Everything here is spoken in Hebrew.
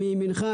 מימינך,